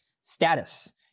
status